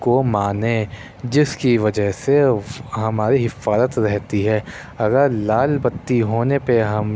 کو مانیں جس کی وجہ سے ہماری حفاظت رہتی ہے اگر لال بتی ہونے پہ ہم